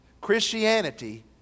Christianity